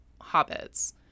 hobbits